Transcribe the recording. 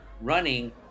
running